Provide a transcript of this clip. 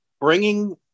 bringing